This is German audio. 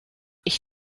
ich